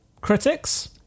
critics